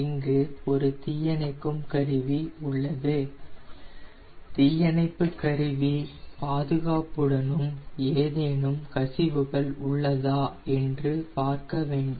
இங்கு ஒரு தீயணைக்கும் கருவி உள்ளது தீயணைப்பு கருவி பாதுகாப்புடனும் ஏதேனும் கசிவுகள் உள்ளதா என்று பார்க்க வேண்டும்